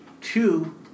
two